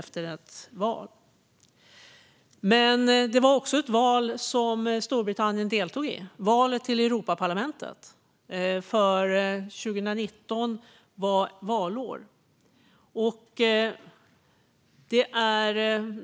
Storbritannien deltog även i ett annat val, nämligen valet till Europaparlamentet; 2019 var nämligen valår.